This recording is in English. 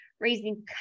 raising